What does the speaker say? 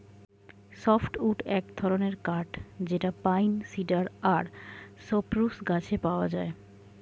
soft wood এক ধরনের কাঠ যেটা পাইন, সিডার আর সপ্রুস গাছে পাওয়া যায়